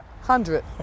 hundred